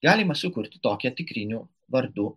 galima sukurti tokią tikrinių vardų